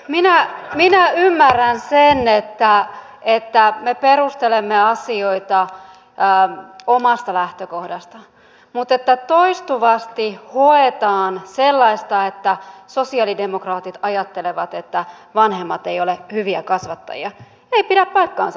siis minä ymmärrän sen että me perustelemme asioita omasta lähtökohdastamme mutta että toistuvasti hoetaan sellaista että sosialidemokraatit ajattelevat että vanhemmat eivät ole hyviä kasvattajia ei pidä paikkansa